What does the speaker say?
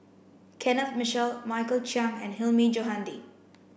Kenneth Mitchell Michael Chiang and Hilmi Johandi